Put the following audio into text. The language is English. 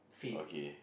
okay